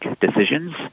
decisions